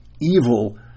evil